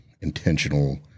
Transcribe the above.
intentional